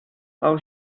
aus